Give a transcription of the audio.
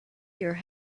your